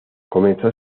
comenzó